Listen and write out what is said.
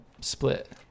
split